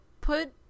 put